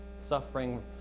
suffering